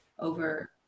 over